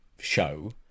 show